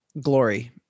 Glory